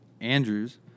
Andrews